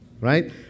Right